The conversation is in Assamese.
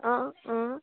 অঁ অঁ